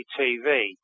TV